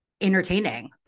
entertaining